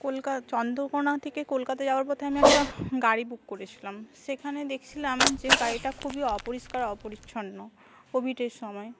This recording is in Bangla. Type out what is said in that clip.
কলকা চন্দ্রকোনা থেকে কলকাতা যাওয়ার পথে আমি একটা গাড়ি বুক করেছিলাম সেখানে দেখছিলাম যে গাড়িটা খুবই অপরিষ্কার অপরিচ্ছন্ন কোভিডের সময়